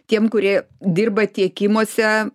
tiem kurie dirba tiekimuose